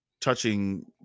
touching